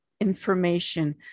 information